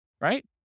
Right